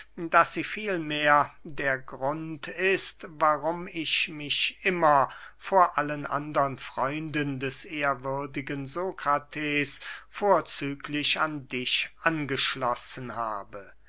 daß sie vielmehr der grund ist warum ich mich immer vor allen andern freunden des ehrwürdigen sokrates vorzüglich an dich angeschlossen habe